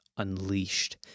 unleashed